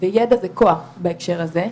וידע זה כוח בהקשר הזה,